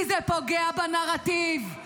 כי זה פוגע בנרטיב,